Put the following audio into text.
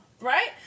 right